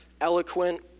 eloquent